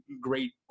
great